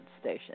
station